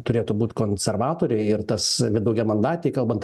turėtų būt konservatoriai ir tas daugiamandatėj kalbant